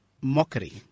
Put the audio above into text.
mockery